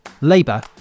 Labour